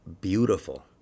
beautiful